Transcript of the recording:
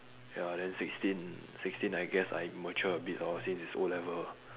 ya then sixteen sixteen I guess I mature a bit lor since it's o-level